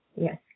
Yes